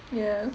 ya